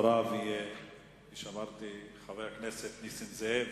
אחריו יהיה כפי שאמרתי חבר הכנסת נסים זאב,